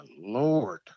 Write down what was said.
lord